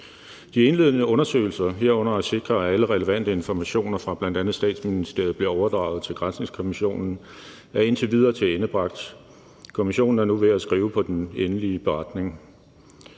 De indledende undersøgelser, herunder at sikre, at alle relevante informationer fra bl.a. Statsministeriet blev overdraget til granskningskommissionen, er indtil videre tilendebragt. Kommissionen er nu ved at skrive på den endelige beretning.